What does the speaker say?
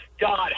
God